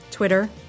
Twitter